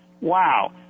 wow